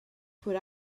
put